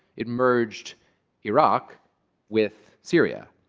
it merged iraq with syria.